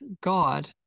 God